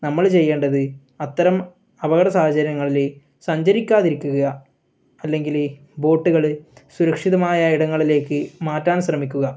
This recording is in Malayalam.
നമ്മൾ ചെയ്യേണ്ടത് അത്തരം അപകട സാഹചര്യങ്ങളിൽ സഞ്ചരിക്കാതിരിക്കുക അല്ലെങ്കിൽ ബോട്ടുകൾ സുരക്ഷിതമായ ഇടങ്ങളിലേക്ക് മാറ്റാൻ ശ്രമിക്കുക